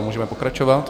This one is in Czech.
Můžeme pokračovat.